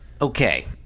okay